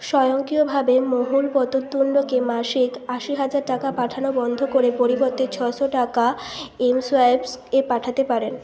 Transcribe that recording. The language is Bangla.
স্বয়ংক্রিয়ভাবে মহুল পূততুণ্ডকে মাসিক আশি হাজার টাকা পাঠানো বন্ধ করে পরিবর্তে ছশো টাকা এমসোয়াইপস এ পাঠাতে পারেন